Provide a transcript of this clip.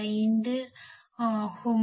5 ஆகும்